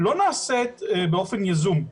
לא נעשית באופן יזום,